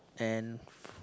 and